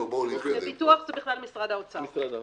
פיתוח זה בכלל משרד האוצר.